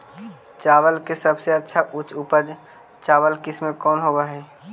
चावल के सबसे अच्छा उच्च उपज चावल किस्म कौन होव हई?